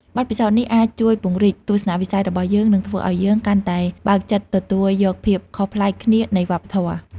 បទពិសោធន៍នេះអាចជួយពង្រីកទស្សនៈវិស័យរបស់យើង និងធ្វើឲ្យយើងកាន់តែបើកចិត្តទទួលយកភាពខុសប្លែកគ្នានៃវប្បធម៌។